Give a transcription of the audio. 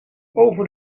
over